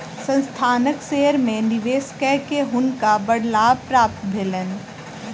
संस्थानक शेयर में निवेश कय के हुनका बड़ लाभ प्राप्त भेलैन